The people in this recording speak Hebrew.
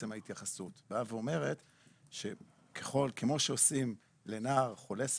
ההתייחסות הזו באה ואומרת שאת מה שעושים עבור נער חולה בסרטן,